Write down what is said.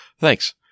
thanks